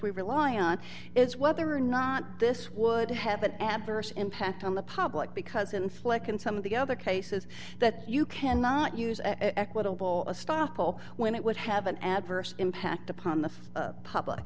we rely on is whether or not this would have an adverse impact on the public because in slick and some of the other cases that you cannot use an equitable stoppel when it would have an adverse impact upon the public